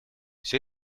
все